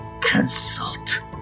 consult